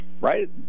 right